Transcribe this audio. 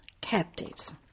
captives